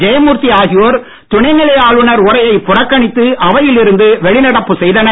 ஜெயமூர்த்தி ஆகியோர் துணைநிலை ஆளுநர் உரையை புறக்கணித்து அவையில் இருந்து வெளிநடப்பு செய்தனர்